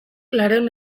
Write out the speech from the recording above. laurehun